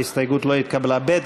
ההסתייגות לא התקבלה.